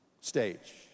stage